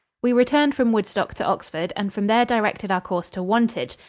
we returned from woodstock to oxford and from there directed our course to wantage,